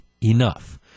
enough